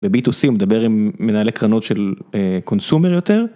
ב-B2C מדבר עם מנהלי קרנות של Consumer יותר.